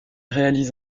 réalise